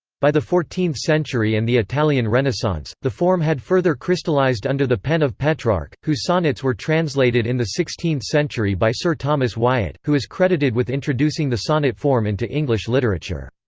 by the fourteenth century and the italian renaissance, the form had further crystallized under the pen of petrarch, whose sonnets were translated in the sixteenth century by sir thomas wyatt, who is credited with introducing the sonnet form into english literature.